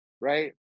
right